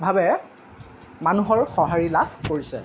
ভাৱে মানুহৰ সঁহাৰি লাভ কৰিছে